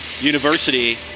University